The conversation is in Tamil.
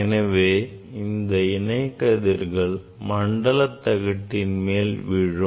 எனவே இந்த இணை கதிர்கள் மண்டல தகட்டின் மேல் விழும்